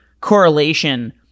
correlation